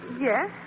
Yes